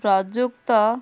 ପ୍ରଯୁକ୍ତ